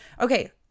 okay